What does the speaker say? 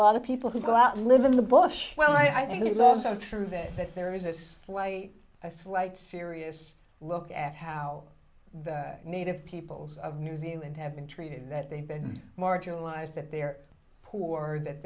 a lot of people who go out and live in the bush well i think it's also true that there is a slight a slight serious look at how the native peoples of new zealand have been treated that they've been marginalized that they're poor that